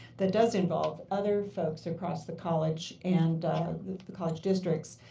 that does involve other folks across the college and the college districts,